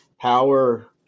power